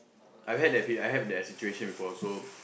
I've had that feeling I've had that situation before so